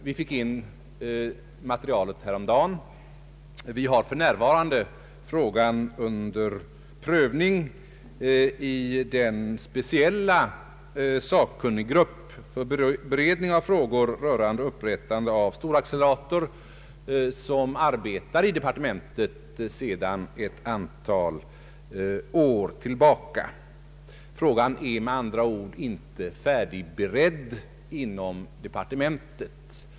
Vi fick in materialet häromdagen och har för närvarande frågan under prövning inom den speciella sakkunniggrupp för beredning av frågor rörande upprättande av storaccelerator som arbetar i departementet sedan ett antal år tillbaka. Frågan är med andra ord inte färdigberedd inom departementet.